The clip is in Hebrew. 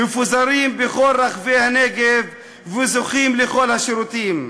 מפוזרים בכל רחבי הנגב וזוכים לכל השירותים.